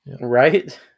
Right